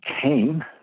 came